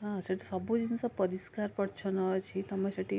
ହଁ ସେଇଠି ସବୁ ଜିନିଷ ପରିଷ୍କାର ପରିଚ୍ଛନ୍ନ ଅଛି ତୁମେ ସେଇଠି